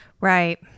Right